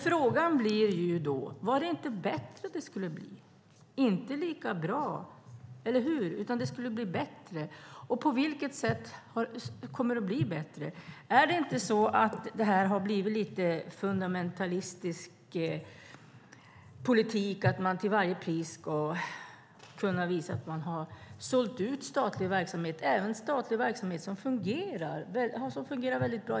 Frågan blir då: Var det inte bättre det skulle bli? Det skulle inte bli lika bra, eller hur? Det skulle bli bättre. På vilket sätt kommer det att bli bättre? Har inte det här blivit lite fundamentalistisk politik, att man till varje pris ska kunna visa att man har sålt ut statlig verksamhet, även statlig verksamhet som fungerar väldigt bra?